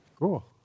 Cool